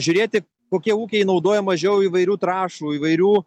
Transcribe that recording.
žiūrėti kokie ūkiai naudoja mažiau įvairių trąšų įvairių